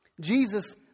Jesus